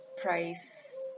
price